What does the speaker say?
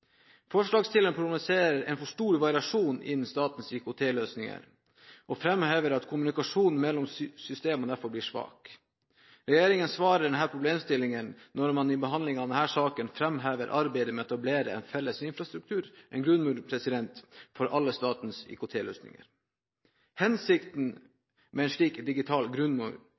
Forslagsstillerne problematiserer en for stor variasjon innen statens IKT-løsninger og fremhever at kommunikasjonen mellom systemer derfor blir svak. Regjeringen svarer på denne problemstillingen når man i behandlingen av denne saken fremhever arbeidet med å etablere en felles infrastruktur – en grunnmur for alle statens IKT-løsninger. Hensikten med en slik digital